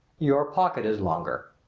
your pocket is longer.